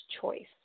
choice